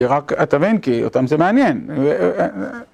ורק אתוונקי אותם זה מעניין